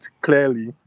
clearly